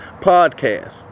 podcast